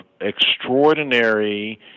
extraordinary